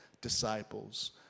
disciples